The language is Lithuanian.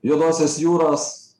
juodosios jūros